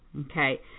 Okay